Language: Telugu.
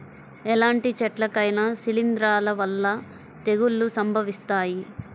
ఎలాంటి చెట్లకైనా శిలీంధ్రాల వల్ల తెగుళ్ళు సంభవిస్తాయి